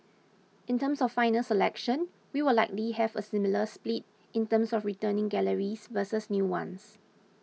in terms of final selection we will likely have a similar split in terms of returning galleries versus new ones